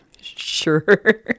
sure